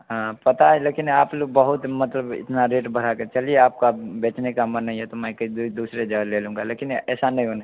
हाँ पता है लेकिन आप लोग बहुत मतलब इतना रेट बढ़ा के चलिए आपका बेचने का मन नहीं है तो मैं किसी दूसरे जगह ले लूँगा लेकिन ऐसा नहीं होना